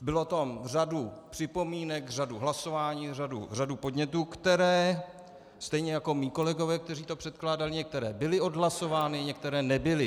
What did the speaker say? Byla tam řada připomínek, řada hlasování, řada podnětů, které stejně jako mí kolegové, kteří to předkládali, některé byly odhlasovány, některé nebyly.